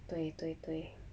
对对对